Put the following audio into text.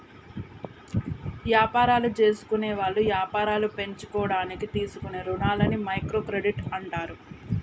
యాపారాలు జేసుకునేవాళ్ళు యాపారాలు పెంచుకోడానికి తీసుకునే రుణాలని మైక్రో క్రెడిట్ అంటారు